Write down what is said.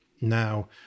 now